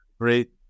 great